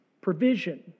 provision